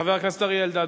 חבר הכנסת אריה אלדד,